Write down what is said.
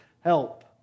help